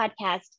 Podcast